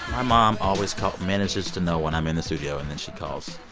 my mom always manages to know when i'm in the studio, and then she calls